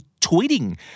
tweeting